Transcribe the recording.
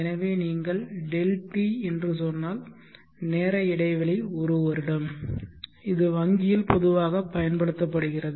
எனவே நீங்கள் Δt என்று சொன்னால் நேர இடைவெளி 1 வருடம் இது வங்கியில் பொதுவாகப் பயன்படுத்தப்படுகிறது